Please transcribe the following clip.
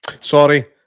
Sorry